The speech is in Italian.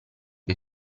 che